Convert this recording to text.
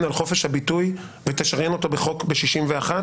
על חוק הביטוי ותשריין אותו בחוק ב-61,